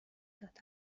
دادند